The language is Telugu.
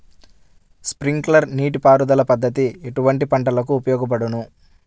స్ప్రింక్లర్ నీటిపారుదల పద్దతి ఎటువంటి పంటలకు ఉపయోగపడును?